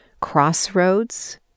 crossroads